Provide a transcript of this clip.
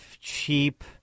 cheap